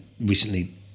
recently